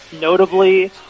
Notably